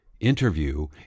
interview